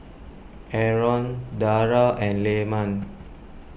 Aaron Dara and Leman